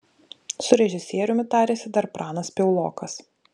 su režisieriumi tarėsi dar pranas piaulokas